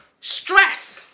Stress